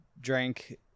drank